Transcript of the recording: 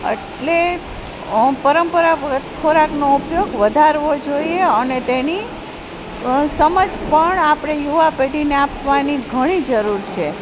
એટલે પરંપરાગત ખોરાકનો ઉપયોગ વધારવો જોઈએ અને તેની સમજ પણ આપણે યુવા પેઢીને આપવાની ઘણી જરૂર છે